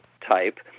type